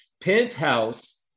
Penthouse